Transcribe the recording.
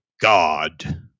god